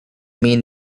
mean